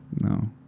No